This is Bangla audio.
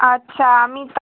আচ্ছা আমি তা